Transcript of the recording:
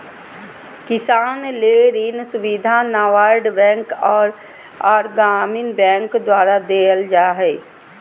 किसान ले ऋण सुविधा नाबार्ड बैंक आर ग्रामीण बैंक द्वारा देल जा हय